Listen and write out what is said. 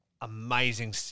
amazing